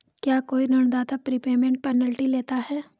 क्या कोई ऋणदाता प्रीपेमेंट पेनल्टी लेता है?